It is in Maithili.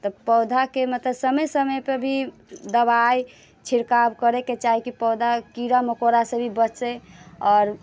तऽ पौधाके मतलब समय समयपर भी दवाइ छिड़काव करैके चाही कि पौधा कीड़ा मकोड़ासँ भी बचय आओर